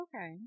Okay